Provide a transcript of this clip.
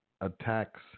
attacks